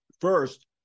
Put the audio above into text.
First